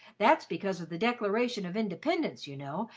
that's because of the declaration of independence, you know,